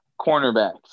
cornerbacks